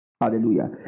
Hallelujah